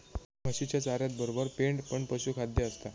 म्हशीच्या चाऱ्यातबरोबर पेंड पण पशुखाद्य असता